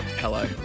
Hello